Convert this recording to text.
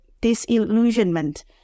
disillusionment